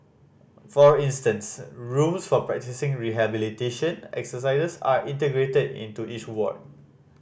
for instance rooms for practising rehabilitation exercises are integrated into each ward